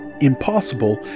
impossible